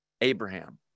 Abraham